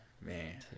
Man